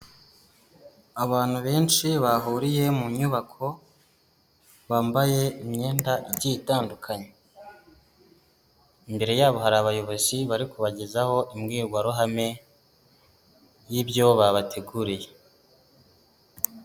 Abantu benshi bahuriye mu nyubako bambaye imyenda igiye itandukanye, imbere yabo hari abayobozi bari kubagezaho imbwirwaruhame y'ibyo babateguriye.